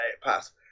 pass